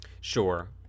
sure